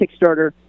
Kickstarter